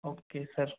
okay sir